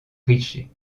richer